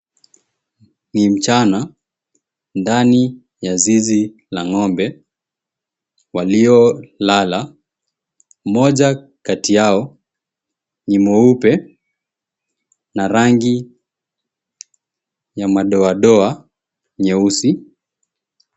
Ni mchana ndani ya zizi la ng'ombe waliolala. Mmoja kati yao ni mweupe na rangi ya madoadoa nyeusi.